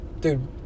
Dude